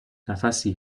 نفسی